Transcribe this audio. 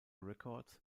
records